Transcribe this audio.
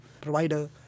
provider